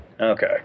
Okay